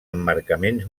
emmarcaments